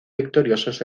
victoriosos